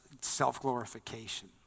self-glorification